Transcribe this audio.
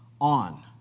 on